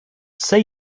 say